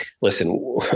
listen